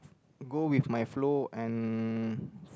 go with my flow and